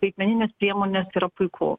skaitmeninės priemonės yra puiku